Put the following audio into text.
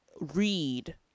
read